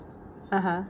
(uh huh)